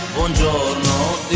Buongiorno